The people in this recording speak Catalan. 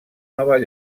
nova